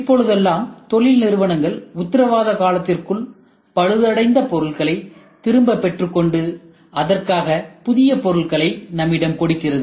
இப்பொழுதெல்லாம் தொழில் நிறுவனங்கள் உத்திரவாத காலத்திற்குள் பழுதடைந்த பொருட்களை திரும்ப பெற்றுக்கொண்டு அதற்காக புதிய பொருட்களை நம்மிடம் கொடுக்கிறது